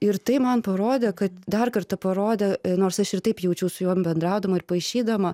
ir tai man parodė kad dar kartą parodė nors aš ir taip jaučiau su jom bendraudama ir paišydama